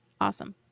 Awesome